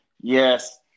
Yes